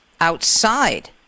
outside